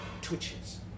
twitches